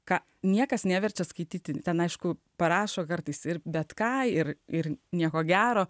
ką niekas neverčia skaityti ten aišku parašo kartais ir bet ką ir ir nieko gero